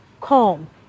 calm